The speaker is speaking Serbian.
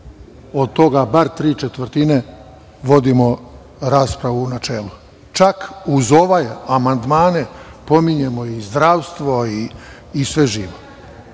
od toga bar tri četvrtine, vodimo raspravu u načelu. Čak i uz ove amandmane pominjemo zdravstvo i sve živo. Osim